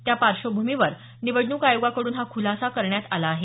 त्या पार्श्वभूमीवर निवडणूक आयोगाकडून हा खूलासा करण्यात आला आहे